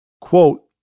Quote